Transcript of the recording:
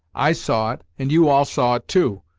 i saw it, and you all saw it, too.